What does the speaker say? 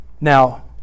Now